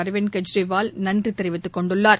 அர்விந்த் கெஜ்ரிவால் நன்றி தெரிவித்துக் கொண்டுள்ளார்